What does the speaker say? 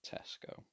Tesco